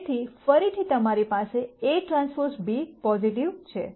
તેથી ફરીથી તમારી પાસે Aᵀ b પોઝિટિવ છે